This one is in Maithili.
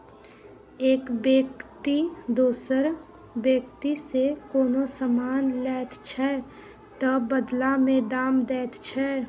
एक बेकती दोसर बेकतीसँ कोनो समान लैत छै तअ बदला मे दाम दैत छै